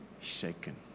shaken